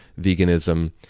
veganism